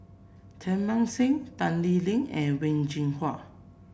Teng Mah Seng Tan Lee Leng and Wen Jinhua